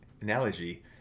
analogy